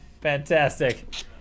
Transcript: Fantastic